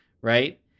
right